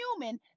human